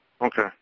Okay